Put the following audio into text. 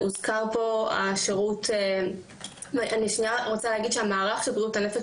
אני רוצה להגיד שהמערך של בריאות הנפש,